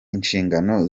inshingano